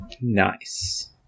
Nice